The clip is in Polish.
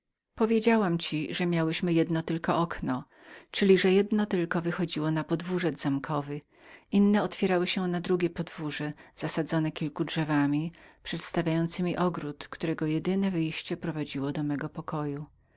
powiedziałam ci że miałyśmy jedno tylko okno czyli że jedno tylko wychodziło na podwórzec zamkowy inne otwierały się na drugie podwórze zasadzone kilku drzewami przedstawiającemi ogród i którego jedyne wyjście prowadziło do mego pokoju